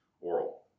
Oral